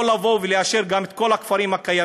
או לאשר גם את כל הכפרים הקיימים,